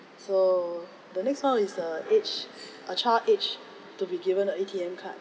so the next one is the age uh child age to be given a A_T_M card